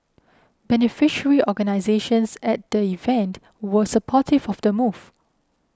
beneficiary organisations at the event were supportive of the move